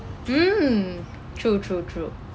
mm true true true